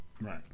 Right